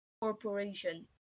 corporation